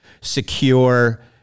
secure